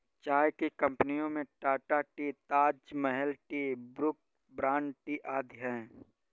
चाय की कंपनियों में Tata tea, Taj Mahal tea, Brooke Bond tea आदि है